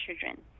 children